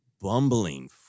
bumbling